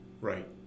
Right